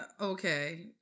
okay